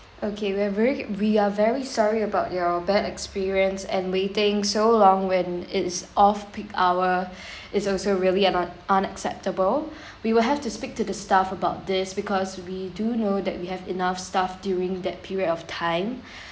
okay we're very we are very sorry about your bad experience and waiting so long when it's off peak hour is also really an un~ unacceptable we will have to speak to the staff about this because we do know that we have enough staff during that period of time